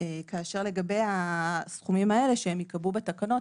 כאשר לגבי הסכומים האלה שייקבעו בתקנות,